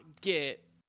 get